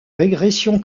régression